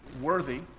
worthy